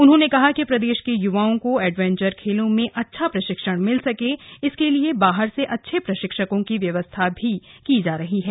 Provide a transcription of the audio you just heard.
उन्होंने कहा कि प्रदेश के युवाओं को एडवेंचर खेलों में अच्छा प्रशिक्षण मिल सके इसके लिए बाहर से अच्छे प्रशिक्षकों की व्यवस्थाए भी की जा रही है